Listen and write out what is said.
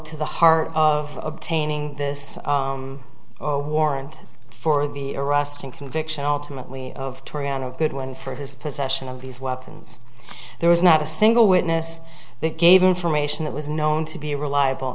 to the heart of obtaining this or warrant for the arrest and conviction alternately of tuireann a good one for his possession of these weapons there was not a single witness that gave information that was known to be reliable